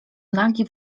nagi